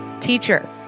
teacher